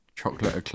chocolate